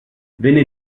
venne